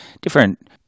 different